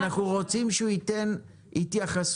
אנחנו רוצים שהוא ייתן התייחסות